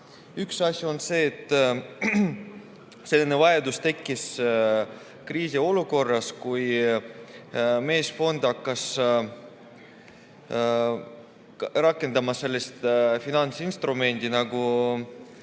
asja. Üks on see, et selline vajadus tekkis kriisiolukorras, kui MES-i fond hakkas rakendama sellist finantsinstrumenti nagu